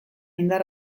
indar